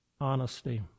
Honesty